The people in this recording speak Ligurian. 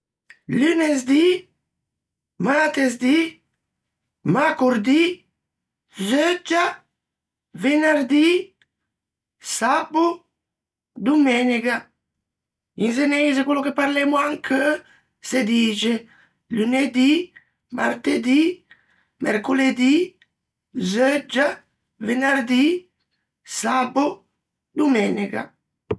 Lunesdì, mätesdì, mäcordì, zeuggia, venardì, sabbo, domenega; in zeneise quello parlemmo ancheu se dixe, lunedì, martedì, mercoledì, zeuggia, venerdì, sabbo, domenega.